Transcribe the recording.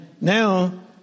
now